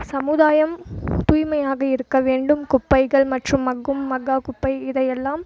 சமுதாயம் தூய்மையாக இருக்க வேண்டும் குப்பைகள் மற்றும் மக்கும் மக்காத குப்பை இதை எல்லாம்